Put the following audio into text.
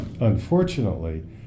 unfortunately